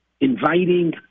inviting